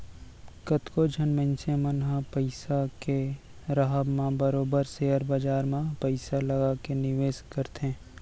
कतको झन मनसे मन ह पइसा के राहब म बरोबर सेयर बजार म पइसा लगा के निवेस करथे